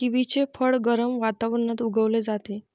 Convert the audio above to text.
किवीचे फळ गरम वातावरणात उगवले जाते